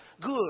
good